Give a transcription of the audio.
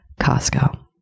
Costco